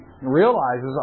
realizes